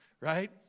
right